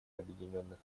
объединенных